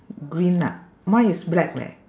green ah mine is black leh